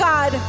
God